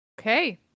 Okay